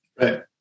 Right